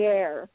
air